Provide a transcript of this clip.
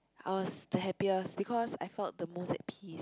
I was the happiest because I felt the most at peace